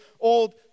Old